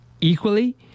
equally